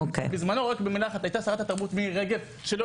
בזמנו הייתה שרת התרבות מירי רגב שלא